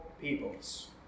peoples